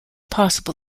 possible